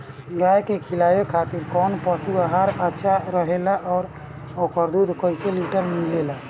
गाय के खिलावे खातिर काउन पशु आहार अच्छा रहेला और ओकर दुध कइसे लीटर मिलेला?